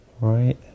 right